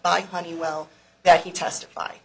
by honeywell that he testified